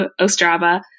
Ostrava